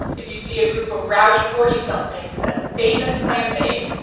if you see a group of rowdy, forty somethings at the famous clam bake,